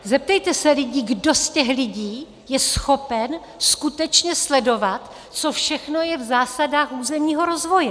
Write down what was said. Zeptejte se lidí, kdo z těch lidí je schopen skutečně sledovat, co všechno je v zásadách územního rozvoje.